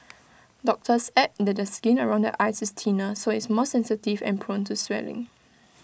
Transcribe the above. doctors add that the skin around the eyes is thinner so IT is more sensitive and prone to swelling